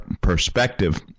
perspective